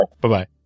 Bye-bye